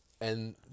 and-